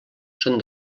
són